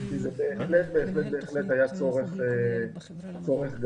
כי זה בהחלט היה צורך גדול.